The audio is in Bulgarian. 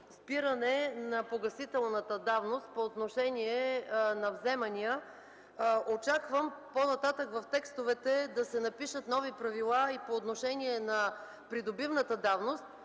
спиране на погасителната давност по отношение на вземания. Очаквам по-нататък в текстовете да се напишат нови правила и по отношение на придобивната давност.